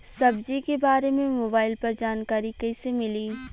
सब्जी के बारे मे मोबाइल पर जानकारी कईसे मिली?